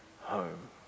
home